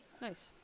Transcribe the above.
Nice